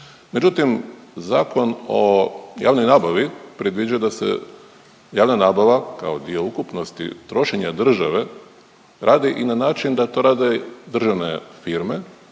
Međutim, Zakon o javnoj nabavi predviđa da se javna nabava kao dio ukupnosti trošenja države radi i na način da to rade državne firme,